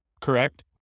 correct